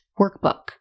workbook